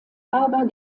aber